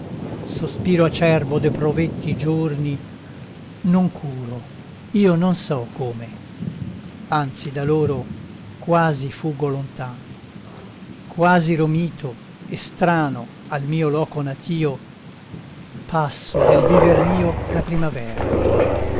sospiro acerbo de provetti giorni non curo io non so come anzi da loro quasi fuggo lontano quasi romito e strano al mio loco natio passo del viver mio la primavera